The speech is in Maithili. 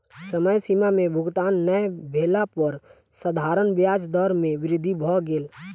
समय सीमा में भुगतान नै भेला पर साधारण ब्याज दर में वृद्धि भ गेल